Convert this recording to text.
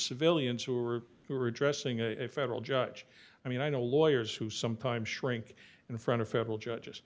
civilians who are who are addressing a federal judge i mean i know lawyers who sometimes shrink in front of federal judges